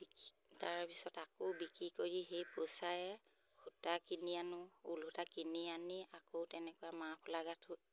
বিকি তাৰপিছত আকৌ বিকি কৰি সেই পইচাই সূতা কিনি আনো ঊল সূতা কিনি আনি আকৌ তেনেকুৱা মাফলাৰ গাথোঁ